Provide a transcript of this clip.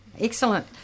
Excellent